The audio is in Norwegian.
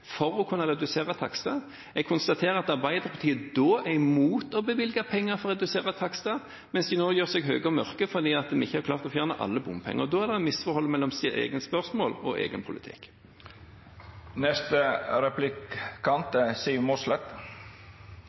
for å kunne redusere takstene. Jeg konstaterer at Arbeiderpartiet da er imot å bevilge penger for å redusere takster, mens de nå gjør seg høye og mørke for at vi ikke har klart å fjerne alle bompenger. Da er det misforhold mellom egne spørsmål og egen politikk. Senterpartiet har ambisjoner for E39 på Vestlandet og er